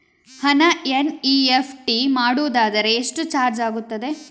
ಹಣ ಎನ್.ಇ.ಎಫ್.ಟಿ ಮಾಡುವುದಾದರೆ ಎಷ್ಟು ಚಾರ್ಜ್ ಆಗುತ್ತದೆ?